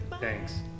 Thanks